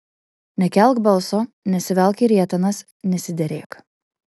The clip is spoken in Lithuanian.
nekelk balso nesivelk į rietenas nesiderėk